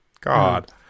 God